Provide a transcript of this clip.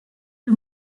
the